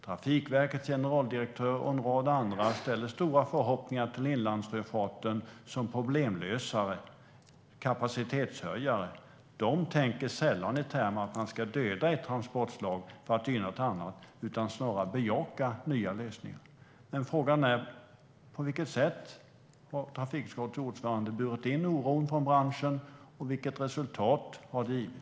Trafikverkets generaldirektör och en rad andra ställer stora förhoppningar till inlandssjöfarten som problemlösare och kapacitetshöjare. De tänker sällan i termer av att man ska döda ett transportslag för att gynna ett annat, utan det handlar snarare om att bejaka nya lösningar. Frågan är: På vilket sätt har trafikutskottets ordförande burit in oron från branschen, och vilket resultat har det givit?